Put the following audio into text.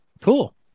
cool